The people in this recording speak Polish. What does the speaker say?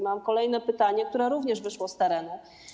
Mam kolejne pytanie, które również wyszło z terenu: